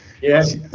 Yes